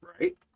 right